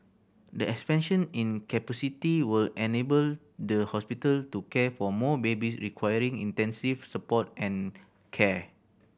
the expansion in capacity will enable the hospital to care for more babies requiring intensive support and care